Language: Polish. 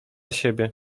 siebie